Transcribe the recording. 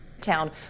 Town